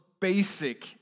basic